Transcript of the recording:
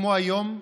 כמו היום,